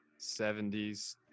70s